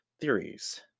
theories